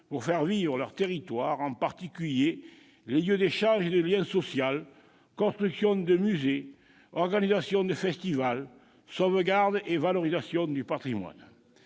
pour faire vivre leur territoire, en particulier les lieux d'échange et de lien social : construction de musées, organisation de festivals, sauvegarde et valorisation du patrimoine.